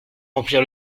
remplir